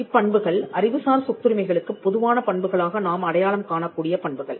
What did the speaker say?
இப்பண்புகள் அறிவுசார் சொத்துரிமைகளுக்குப் பொதுவான பண்புகளாக நாம் அடையாளம் காணக்கூடிய பண்புகள்